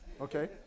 okay